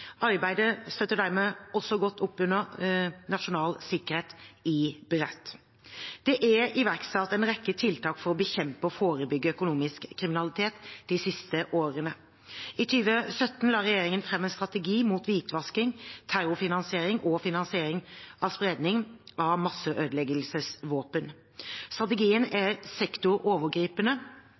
Arbeidet støtter dermed også godt opp under nasjonal sikkerhet i bredt. Det er iverksatt en rekke tiltak for å bekjempe og forebygge økonomisk kriminalitet de siste årene. I 2017 la regjeringen fram en strategi mot hvitvasking, terrorfinansiering og finansiering av spredning av masseødeleggelsesvåpen. Strategien er sektorovergripende